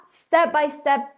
step-by-step